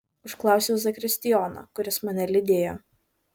užklausiau zakristijoną kuris mane lydėjo